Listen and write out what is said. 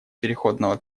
переходного